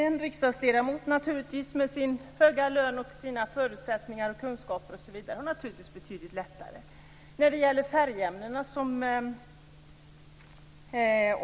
En riksdagsledamot med sin höga lön och sina förutsättningar och kunskaper har naturligtvis betydligt lättare att välja.